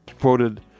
quoted